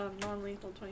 non-lethal